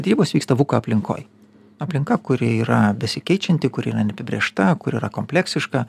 derybos vyksta aplinkoj aplinka kuri yra besikeičianti kuri yra neapibrėžta kuri yra kompleksiška